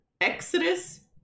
Exodus